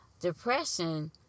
Depression